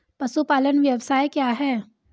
पशुपालन व्यवसाय क्या है?